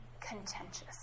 contentious